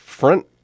front